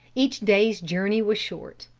each day's journey was short.